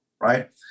right